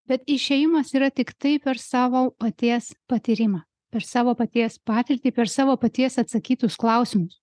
bet išėjimas yra tiktai per savo paties patyrimą per savo paties patirtį per savo paties atsakytus klausimus